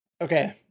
Okay